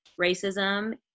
racism